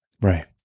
Right